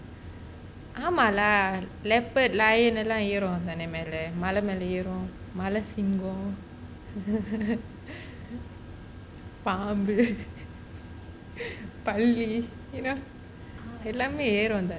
ஆமாம்:aamaam ya leapord lion எல்லாம் ஏறும் தான மேல மல மேல ஏறும் மலசிங்கம்:ellam yaerum thaana mela mala mela yearum பாம்பு:paambu பல்லி:palli you know ah எல்லாமே ஏறும் தானே:ellamae yearum thaanae